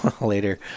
later